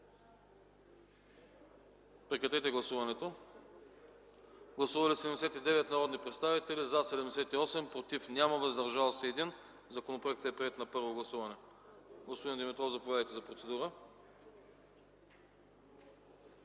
септември 2011 г. Гласували 79 народни представители: за 78, против няма, въздържал се 1. Законопроектът е приет на първо гласуване. Господин Димитров, заповядайте за процедура.